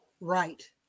Right